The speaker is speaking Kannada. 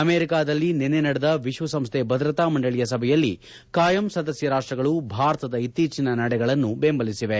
ಅಮೆರಿಕದಲ್ಲಿ ನಿನ್ನೆ ನಡೆದ ವಿಶ್ವಸಂಸ್ಥೆ ಭದ್ರತಾ ಮಂಡಳಿಯ ಸಭೆಯಲ್ಲಿ ಕಾಯಂ ಸದಸ್ತ ರಾಷ್ಟಗಳು ಭಾರತದ ಇತ್ತೀಚಿನ ನಡೆಗಳನ್ನು ಬೆಂಬಲಿಸಿವೆ